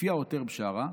לפי העותר בשארה,